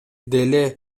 деле